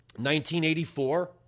1984